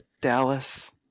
Dallas